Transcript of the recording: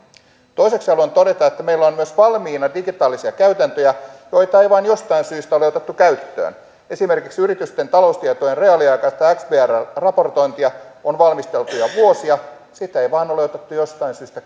toiseksi haluan todeta että meillä on on myös valmiina digitaalisia käytäntöjä joita ei vain jostain syystä ole otettu käyttöön esimerkiksi yritysten taloustietojen reaaliaikaista xbrl raportointia on valmisteltu jo vuosia sitä ei vain ole otettu jostain syystä